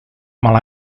mal